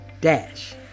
Dash